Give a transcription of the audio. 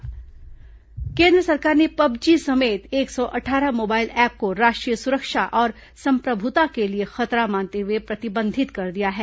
app प्रतिबंध केन्द्र सरकार ने पबजी समेत एक सौ अट्ठारह मोबाइल ऐप को राष्ट्रीय सुरक्षा और समप्रभुता के लिए खतरा मानते हुए प्रतिबंधित कर दिया है